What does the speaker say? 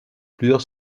plusieurs